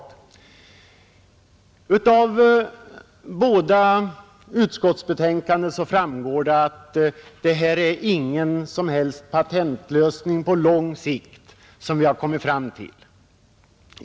Av båda utskottsbetänkandena framgår att det inte är någon som helst patentlösning på lång sikt som vi har kommit fram till.